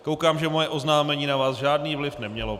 Koukám, že moje oznámení na vás žádný vliv nemělo.